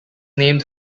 named